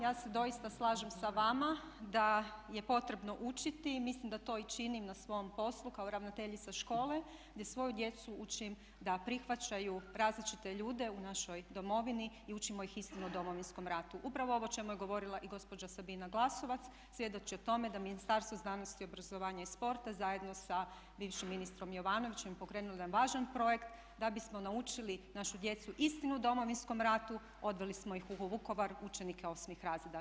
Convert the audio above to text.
Ja se doista slažem sa vama da je potrebno učiti i mislim da to i činim na svojem poslu kao ravnateljica škole gdje svoju djecu učim da prihvaćaju različite ljude u našoj domovini i učimo ih istinu o Domovinskom ratu, upravo ovo o čemu je govorila i gospođa Sabina Glasovac, svjedoči o tome da Ministarstvo znanosti, obrazovanja i sporta zajedno sa bivšim ministrom Jovanovićem pokrenulo je jedan važan projekt da bismo naučili našu djecu istinu o Domovinskom ratu odveli smo ih u Vukovar, učenike 8. razreda.